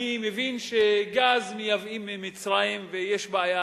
אני מבין שמייבאים גז ממצרים ויש בעיה